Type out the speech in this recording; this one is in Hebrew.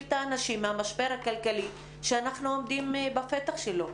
את האנשים מהמשבר הכלכלי שאנחנו עומדים בפתח שלו?